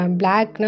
black